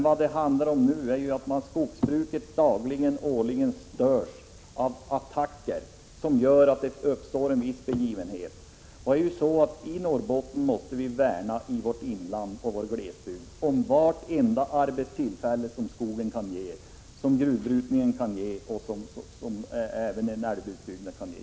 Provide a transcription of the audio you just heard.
Vad det nu handlar om är att skogsbruket dagligen och årligen störs av attacker som gör att det uppstår en viss uppgivenhet. I Norrbottens inland och glesbygder måste vi värna om vartenda arbetstillfälle som skogen, gruvbrytningen och i vissa fall er älvutbyggnad kan ge.